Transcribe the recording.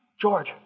George